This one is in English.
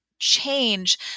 change